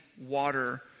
water